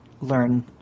learn